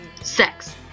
Sex